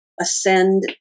ascend